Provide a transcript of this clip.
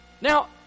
Now